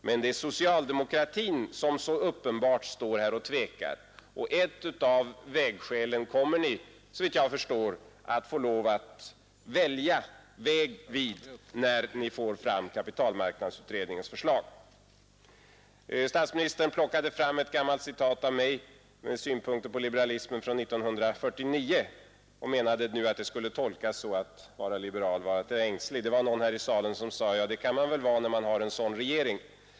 Men det är socialdemokratin som så uppenbart står här och tvekar, och ett av vägskälen kommer ni — såvitt jag förstår — att få välja väg vid när ni får fram kapitalmarknadsutredningens förslag. Statsministern plockade fram ett gammalt citat av mig från år 1949 med synpunkter på liberalismen och menade nu att det skulle tolkas så: att vara liberal är att vara ängslig. Det var någon här i kammaren som sade, att det kan man väl vara när man har en sådan regering.